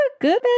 good